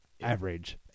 Average